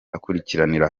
akurikiranira